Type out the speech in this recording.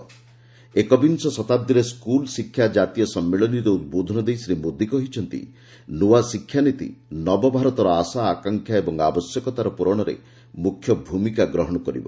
'ଏକବିଂଶ ଶତାବ୍ଦୀରେ ସ୍କୁଲ୍ ଶିକ୍ଷା ଜାତୀୟ ସମ୍ମିଳନୀ'ରେ ଉଦ୍ବୋଧନ ଦେଇ ଶ୍ରୀ ମୋଦି କହିଛନ୍ତି ନୂଆ ଶିକ୍ଷାନୀତି ନବଭାରତର ଆଶା ଆକାଂକ୍ଷା ଓ ଆବଶ୍ୟକତାର ପୂରଣରେ ମୁଖ୍ୟ ଭୂମିକା ଗ୍ରହଣ କରିବ